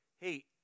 Hey